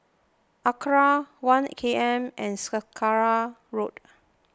Acra one K M and Saraca Road